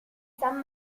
san